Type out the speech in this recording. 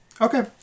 Okay